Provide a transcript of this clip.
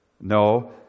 No